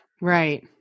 right